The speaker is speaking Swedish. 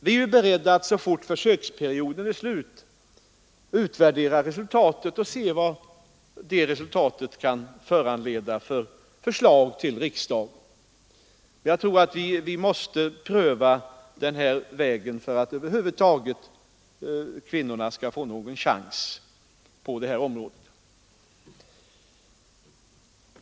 Vi är beredda att så fort försöksperioden är slut utvärdera resultatet och se vilka förslag till riksdagen som det kan föranleda. Jag tror att vi måste pröva denna väg för att kvinnorna över huvud taget skall få någon chans på detta område.